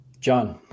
John